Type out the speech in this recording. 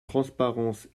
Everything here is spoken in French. transparence